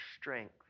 strength